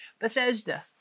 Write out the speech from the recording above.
Bethesda